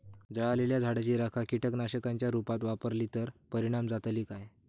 जळालेल्या झाडाची रखा कीटकनाशकांच्या रुपात वापरली तर परिणाम जातली काय?